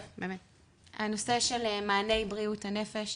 הנושא של מעני בריאות הנפש,